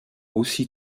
aussi